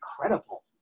incredible